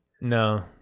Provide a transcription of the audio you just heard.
No